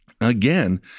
again